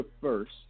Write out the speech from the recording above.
first